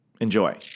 Enjoy